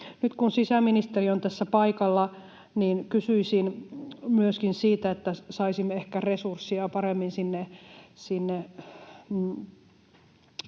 Nyt kun sisäministeri on tässä paikalla, niin kysyisin myöskin siitä, että saisimme ehkä resurssia paremmin sinne